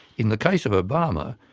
in the case of obama,